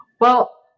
Well-